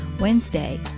Wednesday